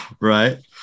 Right